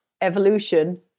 evolution